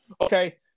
okay